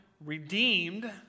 redeemed